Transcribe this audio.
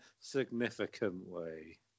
significantly